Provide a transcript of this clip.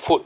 food